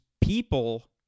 people